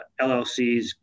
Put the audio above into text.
LLCs